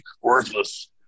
worthless